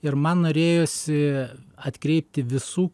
ir man norėjosi atkreipti visų